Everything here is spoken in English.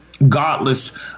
godless